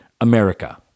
America